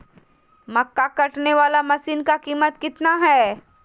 मक्का कटने बाला मसीन का कीमत कितना है?